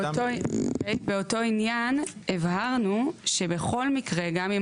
באותו עניין הבהרנו שבכל מקרה גם אם